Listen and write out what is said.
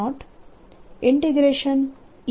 120E2dV લખી શકું છું